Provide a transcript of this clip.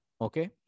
okay